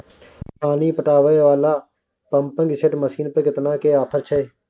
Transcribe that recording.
पानी पटावय वाला पंपिंग सेट मसीन पर केतना के ऑफर छैय?